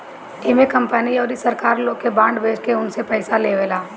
इमे कंपनी अउरी सरकार लोग के बांड बेच के उनसे पईसा लेवेला